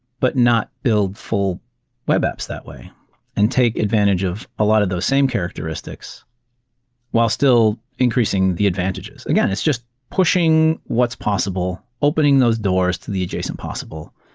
but not build full web apps that way and take advantage of a lot of those same characteristics while still increasing the advantages? again, it's just pushing what's possible. opening those doors to the adjacent possible,